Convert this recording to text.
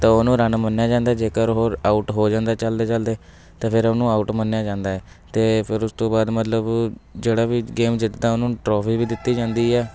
ਤਾਂ ਉਹਨੂੰ ਰਨ ਮੰਨਿਆਂ ਜਾਂਦਾ ਜੇਕਰ ਉਹ ਆਊਟ ਹੋ ਜਾਂਦਾ ਚੱਲਦੇ ਚੱਲਦੇ ਅਤੇ ਫਿਰ ਉਹਨੂੰ ਆਊਟ ਮੰਨਿਆਂ ਜਾਂਦਾ ਹੈ ਅਤੇ ਫਿਰ ਉਸ ਤੋਂ ਬਾਅਦ ਮਤਲਬ ਜਿਹੜਾ ਵੀ ਗੇਮ ਜਿੱਤਦਾ ਉਹਨੂੰ ਟਰੋਫੀ ਵੀ ਦਿੱਤੀ ਜਾਂਦੀ ਹੈ